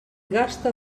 gasta